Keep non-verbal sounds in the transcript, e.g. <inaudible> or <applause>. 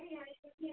<unintelligible>